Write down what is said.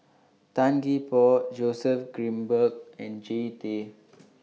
Tan Gee Paw Joseph Grimberg and Jean Tay